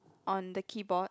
on the keyboard